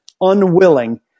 unwilling